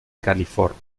california